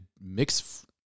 mix